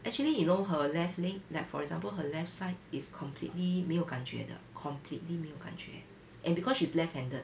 actually you know her left leg like for example her left side is completely 没有感觉的 completely 没有感觉 and because she's left-handed